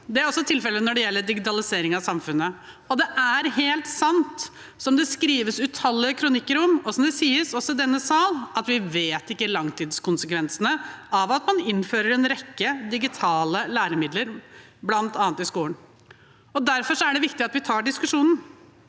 Det er også tilfellet når det gjelder digitalisering av samfunnet. Det er helt sant, som det skrives utallige kronikker om, og som også sies i denne sal, at vi ikke vet hva som er langtidskonsekvensene av å innføre en rekke digitale læremidler, bl.a. i skolen. Derfor er det viktig at vi tar diskusjonen.